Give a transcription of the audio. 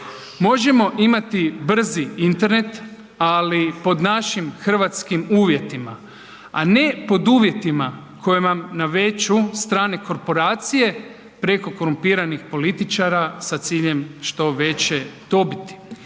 Možemo imati brzi internet, ali pod našim hrvatskim uvjetima, a ne pod uvjetima koje nam nameću strane korporacije preko korumpiranih političara sa ciljem što veće dobiti.